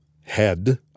head